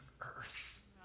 earth